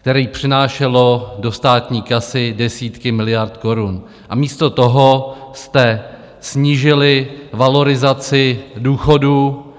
které přinášelo do státní kasy desítky miliard korun, a místo toho jste snížili valorizaci důchodů.